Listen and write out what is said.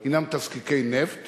הם תזקיקי נפט